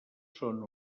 són